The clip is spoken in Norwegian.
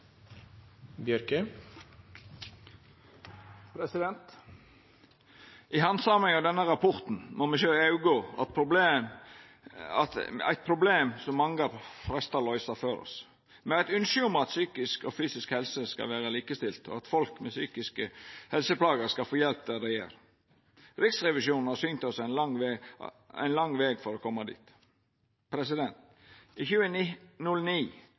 problem som mange har freista å løysa før oss. Me har eit ynske om at psykisk og fysisk helse skal vera likestilte, og at folk med psykiske helseplager skal få hjelp der dei er. Riksrevisjonen har synt oss at det er ein lang veg for å koma dit. I